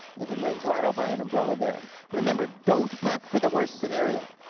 if it rains a lot i'll buy an umbrella there. remember, don't pack for the worst scenario,